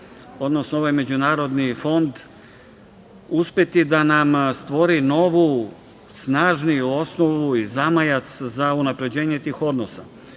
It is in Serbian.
odnosno ovaj međunarodni fond uspeti da nama stvori novu snažniju osnovu i zamajac za unapređenje tih odnosa. Godine